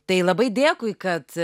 tai labai dėkui kad